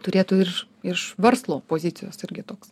turėtų ir iš verslo pozicijos irgi toks